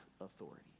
authority